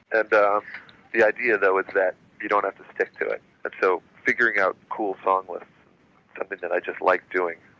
and the idea though is that you don't have to stick to it. but so figuring out cool song lists is something that i just like doing.